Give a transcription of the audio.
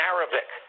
Arabic